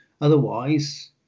Otherwise